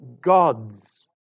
gods